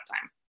time